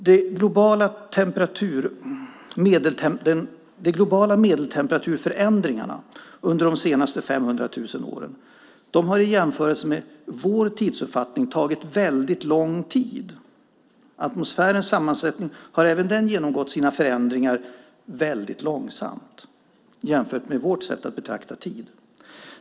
De globala medeltemperaturförändringarna under de senaste 500 000 åren har i jämförelse med vår tidsuppfattning tagit väldigt lång tid. Atmosfärens sammansättning har även den genomgått sina förändringar väldigt långsamt jämfört med vårt sätt att betrakta tid.